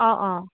অ অ